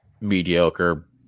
mediocre